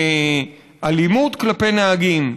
אלימות כלפי נהגים.